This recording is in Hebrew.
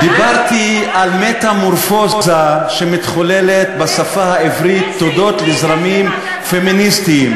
דיברתי על מטמורפוזה שמתחוללת בשפה העברית הודות לזרמים פמיניסטיים,